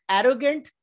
arrogant